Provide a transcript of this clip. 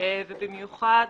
ובמיוחד